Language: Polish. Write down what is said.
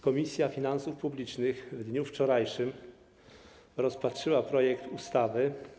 Komisja Finansów Publicznych w dniu wczorajszym rozpatrzyła projekt ustawy.